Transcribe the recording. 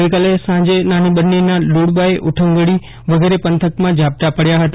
ગઈકાલે સાંજે નાની બન્નીના લુડબાય ઉઠંગડી વગેરે પંથકમાં ઝાપટા પડ્યા હતા